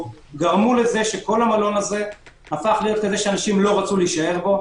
גרמו לזה שכל המלון הזה הפך להיות כזה שאנשים לא רצו להישאר בו,